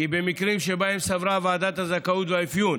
כי במקרים שבהם סברה ועדת הזכאות והאפיון,